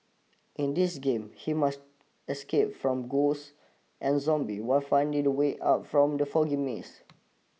in this game he must escape from ghosts and zombie while finding the way out from the foggy maze